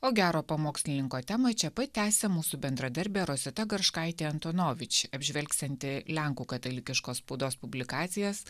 o gero pamokslininko temą čia pat tęsia mūsų bendradarbė rosita garškaitė antonovič apžvelgsianti lenkų katalikiškos spaudos publikacijas